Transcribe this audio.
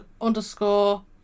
underscore